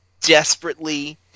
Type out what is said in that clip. desperately